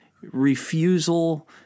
refusal